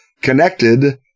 connected